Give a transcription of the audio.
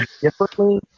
differently